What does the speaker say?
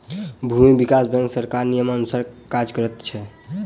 भूमि विकास बैंक सरकारक नियमानुसार काज करैत छै